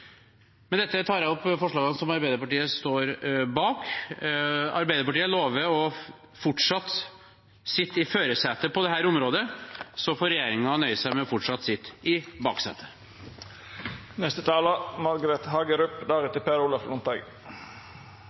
Med dette anbefaler jeg innstillingen og de forslagene Arbeiderpartiet står bak. Arbeiderpartiet lover å fortsatt sitte i førersetet på dette området, så får regjeringen nøye seg med fortsatt å sitte i